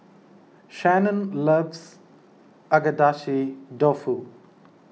Shanon loves Agedashi Dofu